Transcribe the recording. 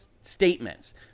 statements